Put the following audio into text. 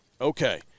Okay